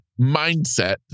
mindset